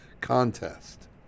contest